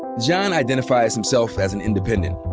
john identifies himself as an independent.